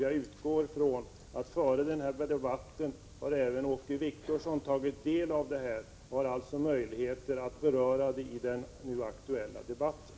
Jag utgår från att även Åke Wictorsson har tagit del av uppgifterna i detta sammanhang före den här debatten. Han borde alltså ha möjlighet att beröra dessa saker i den nu aktuella debatten.